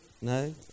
No